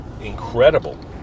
incredible